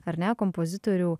ar ne kompozitorių